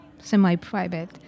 semi-private